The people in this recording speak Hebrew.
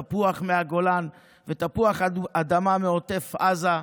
תפוח מהגולן ותפוח אדמה מעוטף עזה,